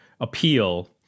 appeal